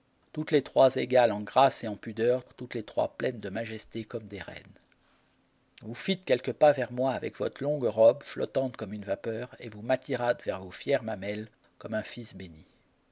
tout les trois égales en grâce et en pudeur toutes les trois pleines de majesté comme des reines vous fîtes quelques pas vers moi avec votre longue robe flottante comme une vapeur et vous m'attirâtes vers vos frères mamelles comme un fils béni